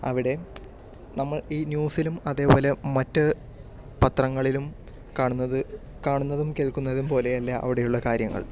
അവിടെ നമ്മൾ ഈ ന്യൂസിലും അതേപോലെ മറ്റു പത്രങ്ങളിലും കാണുന്നത് കാണുന്നതും കേൾക്കുന്നതും പോലെയല്ല അവിടെയുള്ള കാര്യങ്ങൾ